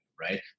right